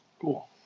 Cool